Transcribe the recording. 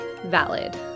Valid